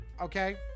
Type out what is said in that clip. Okay